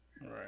right